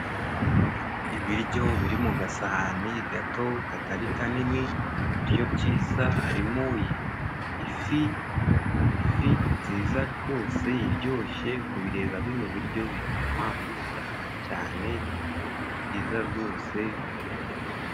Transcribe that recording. Ibiryo biri mu gasahani gato katari kanini, ibiryo byiza harimo ifi, ifi nziza rwose iryoshye, kubireba bino biryo bitumaga ubishaka cyane, ni byiza rwose.